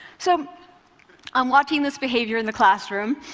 so i'm watching this behavior in the classroom,